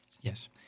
Yes